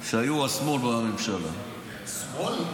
כשהשמאל היה בממשלה שמאל?